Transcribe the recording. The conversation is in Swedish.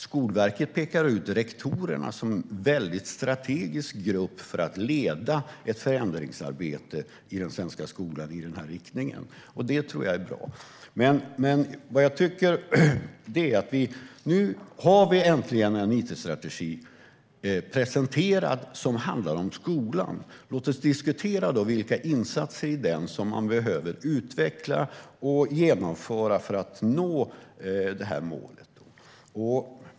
Skolverket pekar ut rektorerna som en väldigt strategisk grupp för att leda ett förändringsarbete i den svenska skolan i den riktningen. Det tror jag är bra. Men nu har vi äntligen en it-strategi presenterad, som handlar om skolan. Låt oss diskutera vilka insatser i den som man behöver utveckla och genomföra för att nå det här målet!